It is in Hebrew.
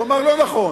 הוא אמר: לא נכון,